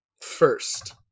first